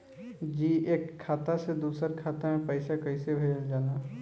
जी एक खाता से दूसर खाता में पैसा कइसे भेजल जाला?